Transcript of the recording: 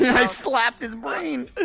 i slapped his brain!